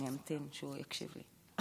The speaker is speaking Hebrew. אני אמתין שהוא יקשיב לי.